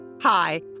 Hi